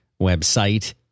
website